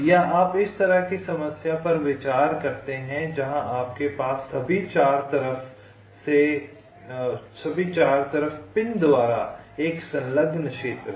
या आप इस तरह की समस्या पर विचार करते हैं जहां आपके पास सभी 4 तरफ पिन द्वारा एक संलग्न क्षेत्र है